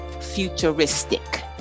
futuristic